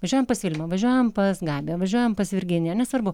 važiuojam pas vilmą važiuojam pas gabiją važiuojam pas virginiją nesvarbu